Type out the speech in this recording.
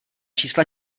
čísla